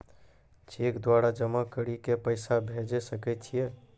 Cheque द्वारा जमा करि के पैसा भेजै सकय छियै?